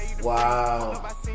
Wow